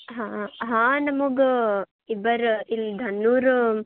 ಹಾಂ ಹಾಂ ನಮಗೆ ಇಬ್ಬರು ಇಲ್ಲಿ ಧನ್ನೂರ್